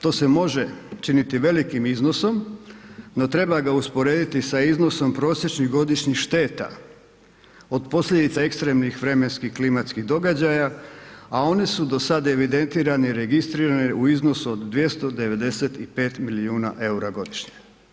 To se može činiti velikim iznosom, no treba ga usporediti sa iznosom prosječnih godišnjih šteta od posljedica ekstremnih vremenskih klimatskih događaja, a one su do sad evidentirane i registrirane u iznosu od 295 milijuna eura godišnje.